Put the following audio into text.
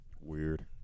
Weird